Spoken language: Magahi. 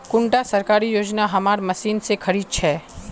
कुंडा सरकारी योजना हमार मशीन से खरीद छै?